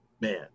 man